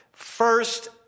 First